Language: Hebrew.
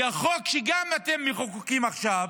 כי גם החוק שאתם מחוקקים עכשיו,